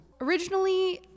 Originally